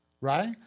Right